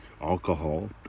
alcohol